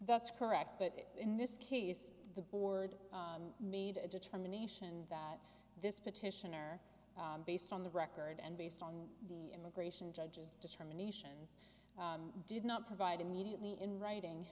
that's correct but in this case the board made a determination that this petitioner based on the record and based on the immigration judges determinations did not provide immediately in writing